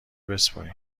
بسپرین